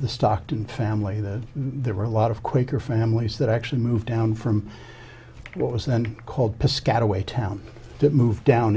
the stockton family that there were a lot of quaker families that actually moved down from what was then called piscataway town that moved down